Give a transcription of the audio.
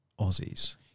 Aussies